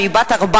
שהיא בת 14,